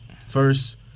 first